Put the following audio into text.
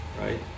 right